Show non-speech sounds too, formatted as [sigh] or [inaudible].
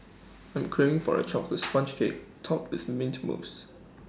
I am craving for A chocolate [noise] Sponge Cake Topped with Mint Mousse